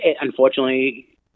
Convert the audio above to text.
unfortunately